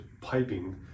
piping